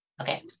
okay